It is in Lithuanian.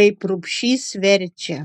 kaip rubšys verčia